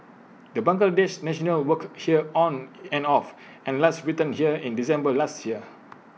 the Bangladesh national worked here on and off and last returned here in December last year